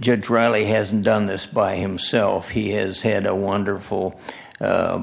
judge riley hasn't done this by himself he has had a wonderful